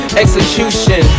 execution